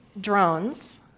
drones